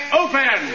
open